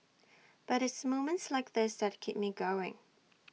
but it's moments like this that keep me going